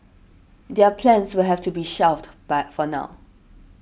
their plans will have to be shelved by for now